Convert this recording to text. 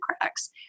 cracks